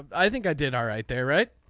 i think i did ah right there right.